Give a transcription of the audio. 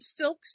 filks